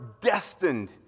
destined